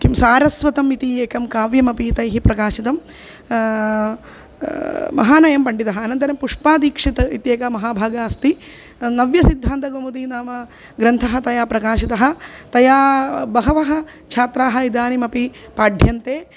किं सारस्वतम् इति एकं काव्यमपि तैः प्रकाशितं महानयं पण्डितः अनन्तरं पुष्पादीक्षित् इत्येका महाभागा अस्ति नव्यसिद्धान्तकौमुदी नाम ग्रन्थः तया प्रकाशितः तया बहवः छात्राः इदानीमपि पाठ्यन्ते